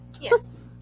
Yes